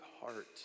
heart